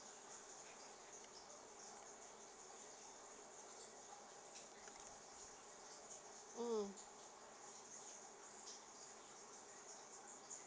mm